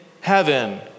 heaven